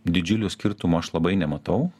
didžiulių skirtumų aš labai nematau